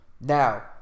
Now